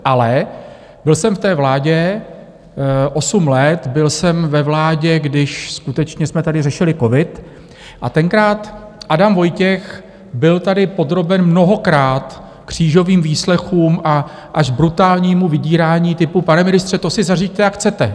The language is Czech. Ale byl jsem v té vládě osm let, byl jsem ve vládě, když skutečně jsme tady řešili covid, a tenkrát Adam Vojtěch byl tady podroben mnohokrát křížovým výslechům a až brutálnímu vydírání typu: Pane ministře, to si zařiďte, jak chcete.